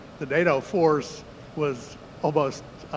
the nato force was almost